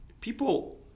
people